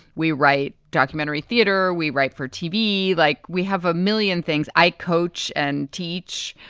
we write documentary theater. we write for tv. like we have a million things. i coach and teach.